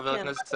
חבר הכנסת סעדי,